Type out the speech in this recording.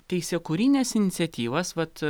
teisėkūrines iniciatyvas vat